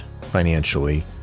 financially